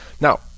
now